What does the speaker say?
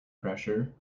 pressure